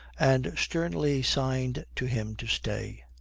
and sternly signed to him to stay.